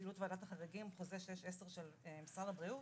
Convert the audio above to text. פעילות ועדת החריגים של משרד הבריאות,